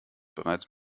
bereits